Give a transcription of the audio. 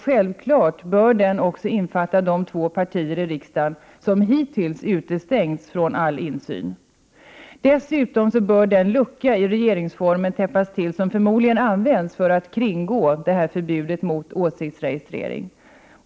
Självfallet bör en sådan också omfatta de två partier i riksdagen som hittills har utestängts från all insyn. Dessutom bör den lucka i regeringsformen täppas till som förmodligen utnyttjas när det gäller att kringgå förbudet mot åsiktsregistrering.